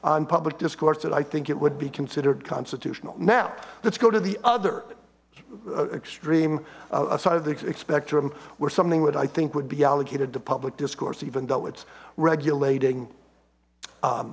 on public discourse that i think it would be considered constitutional now let's go to the other extreme aside of the spectrum where something that i think would be allocated to public discourse even though it's regulating